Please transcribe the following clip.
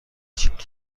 شنیدم